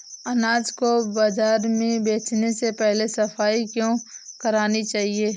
अनाज को बाजार में बेचने से पहले सफाई क्यो करानी चाहिए?